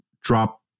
drop